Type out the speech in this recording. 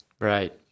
Right